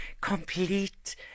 Complete